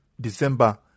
December